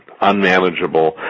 unmanageable